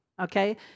okay